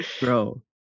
bro